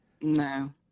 No